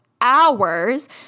hours